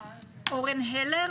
הלר